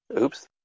Oops